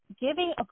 giving